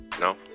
No